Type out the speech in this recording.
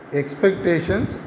expectations